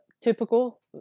typical